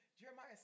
Jeremiah